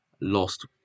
lost